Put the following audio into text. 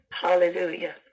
Hallelujah